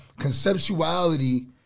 Conceptuality